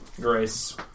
Grace